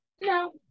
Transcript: No